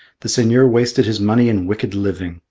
the seigneur wasted his money in wicked living.